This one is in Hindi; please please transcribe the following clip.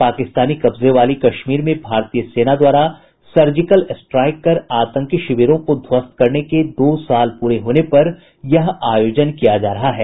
पाकिस्तानी कब्जे वाली कश्मीर में भारतीय सेना द्वारा सर्जिकल स्ट्राइक कर आतंकी शिविरों को ध्वस्त करने के दो साल पूरे होने पर यह आयोजन किया जा रहा है